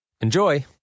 Enjoy